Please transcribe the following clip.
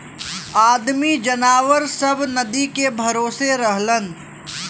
आदमी जनावर सब नदी के भरोसे रहलन